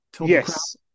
Yes